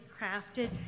crafted